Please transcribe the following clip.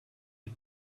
you